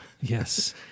Yes